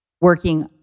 working